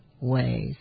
ways